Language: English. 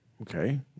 okay